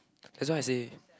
that's why I say